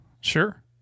sure